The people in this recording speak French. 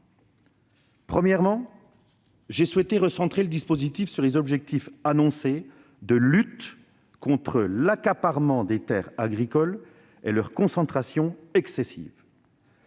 Premièrement, j'ai souhaité recentrer le dispositif sur l'objectif annoncé de lutte contre l'accaparement et la concentration excessive